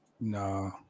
No